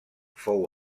fou